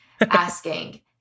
asking